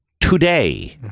today